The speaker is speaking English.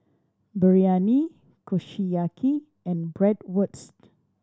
Biryani Kushiyaki and Bratwurst